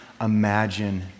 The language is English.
imagine